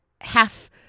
half